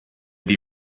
die